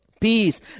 Peace